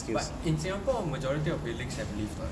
but in singapore majority of buildings have lift [what]